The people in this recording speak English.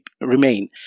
remain